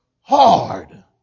hard